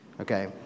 Okay